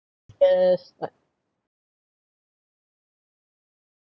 the s~ what